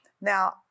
Now